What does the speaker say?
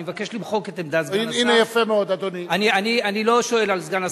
אני מבקש למחוק את "עמדת סגן השר".